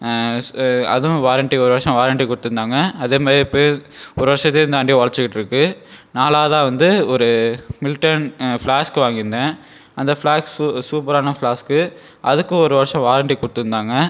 ஸ் அதுவும் வாரண்ட்டி ஒரு வருஷம் வாரண்ட்டி கொடுத்துருந்தாங்க அதேமாரியே இப்பயே ஒரு வருஷத்தையும் தாண்டி உழச்சிக்கிட்ருக்கு நாலாவதாக வந்து ஒரு மில்டன் ஃப்ளாஸ்க் வாங்கியிருந்தேன் அந்த ஃப்ளாஸ்க் சூ சூப்பரான ஃப்ளாஸ்க் அதுக்கு ஒரு வருஷம் வாரண்ட்டி கொடுத்துருந்தாங்க